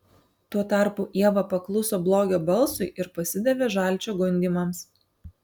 tuo tarpu ieva pakluso blogio balsui ir pasidavė žalčio gundymams